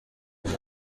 guma